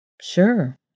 Sure